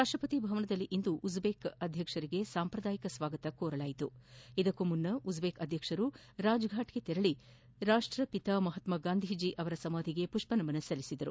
ರಾಷ್ಟಪತಿ ಭವನದಲ್ಲಿ ಇಂದು ಉಜ್ಜೇಕಿಸ್ತಾನ ಅಧ್ವಕ್ಷರಿಗೆ ಸಾಂಪ್ರದಾಯಿಕ ಸ್ವಾಗತ ನೀಡಲಾಯಿತು ಇದಕ್ಕೂಮುನ್ನ ಉಜ್ಜೇಕಿಸ್ತಾನ ಅಧ್ಯಕ್ಷರು ರಾಜ್ ಫಾಟ್ಗೆ ತೆರಳ ರಾಷ್ಟಪಿತ ಮಹಾತ್ಮ ಗಾಂಧಿಜಿ ಅವರ ಸಮಾಧಿಗೆ ಪುಷ್ಪನಮನ ಸಲ್ಲಿಸಿದರು